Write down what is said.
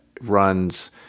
runs